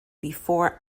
before